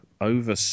over